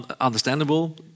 understandable